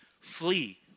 Flee